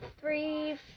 three